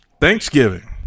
Thanksgiving